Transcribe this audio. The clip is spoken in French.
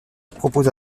propose